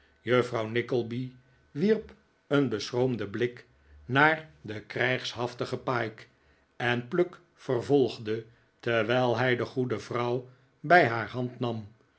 juffrouw nickleby wierp een beschroomden blik naar den krijgshaftigen pyke en pluck vervolgde terwijl hij de goede vrouw bij haar hand nam